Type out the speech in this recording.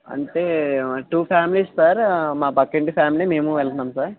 అంటే two families sir మా పక్కింటి ఫ్యామిలీ మేము వెళ్తున్నాం సార్